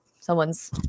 someone's